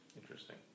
Interesting